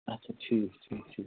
اچھا ٹھیٖک ٹھیٖک ٹھیٖک